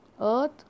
earth